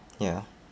ya